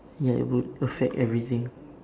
ya it would affect everything